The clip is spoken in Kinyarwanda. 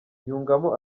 yungamo